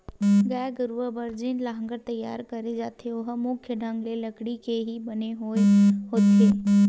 गाय गरुवा बर जेन लांहगर तियार करे जाथे ओहा मुख्य ढंग ले लकड़ी के ही बने होय होथे